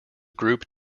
group